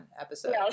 episode